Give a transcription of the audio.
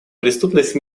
преступность